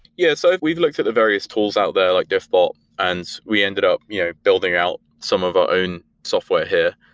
yeah. so we've looked at the various tools out there like diffbot and we ended up you know building out some of our own software here.